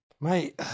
Mate